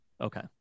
Okay